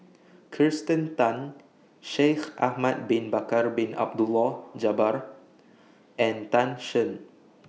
Kirsten Tan Shaikh Ahmad Bin Bakar Bin Abdullah Jabbar and Tan Shen